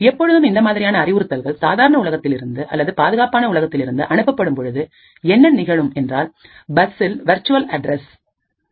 எப்பொழுதும் இந்த மாதிரியான அறிவுறுத்தல்கள் சாதாரண உலகத்தில் இருந்து அல்லது பாதுகாப்பான உலகத்திலிருந்து அனுப்பப்படும் பொழுது என்ன நிகழும் என்றால் பஸ்ஸில் வெர்ச்சுவல் அட்ரஸ் அனுப்பப்படுகின்றது